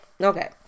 Okay